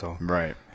right